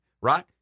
right